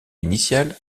initiale